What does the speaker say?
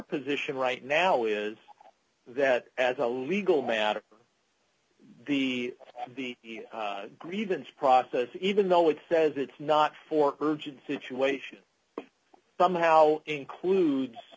position right now is that as a legal matter the the grievance process even though it says it's not for urgent situation somehow includes